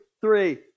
three